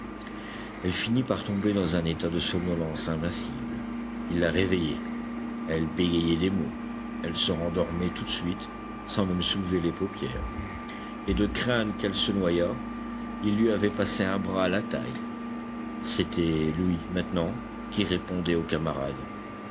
elle finit par tomber dans un état de somnolence invincible il la réveillait elle bégayait des mots elle se rendormait tout de suite sans même soulever les paupières et de crainte qu'elle ne se noyât il lui avait passé un bras à la taille c'était lui maintenant qui répondait aux camarades